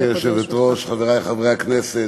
גברתי היושבת-ראש, חברי חברי הכנסת,